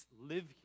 live